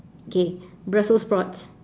okay brussel sprouts